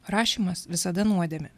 rašymas visada nuodėmė